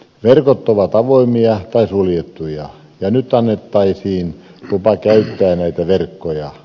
verkot ovat avoimia tai suljettuja ja nyt annettaisiin lupa käyttää näitä verkkoja